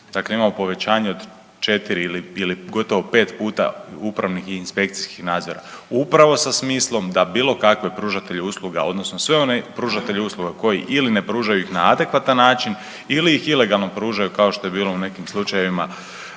dakle imamo povećanje od 4 ili gotovo 5 puta upravnih i inspekcijskih nadzora upravo sa smislom da bilo kakve pružatelje usluga odnosno sve one pružatelje usluga koji ili ne pružaju na adekvatan način ili ih ilegalno pružaju kao što je bilo u nekim slučajevima